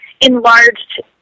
enlarged